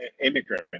immigrant